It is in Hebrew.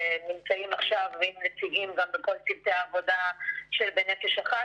ונמצאים עכשיו עם נציגים גם בכל צוותי העבודה של "בנפש אחת",